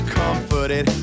comforted